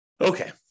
Okay